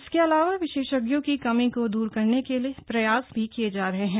इसके अलावा विशेषज्ञों की कमी को दूर करने के प्रयास भी किए जा रहे हैं